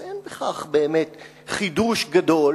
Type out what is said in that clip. אז אין באמת חידוש גדול